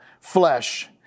flesh